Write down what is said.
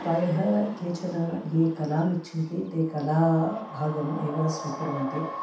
प्रायः केचन ये कलाम् इच्छन्ति ते कलाभागम् एव स्वीकुर्वन्ति